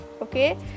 Okay